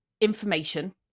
information